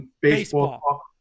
Baseball